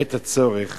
בעת הצורך,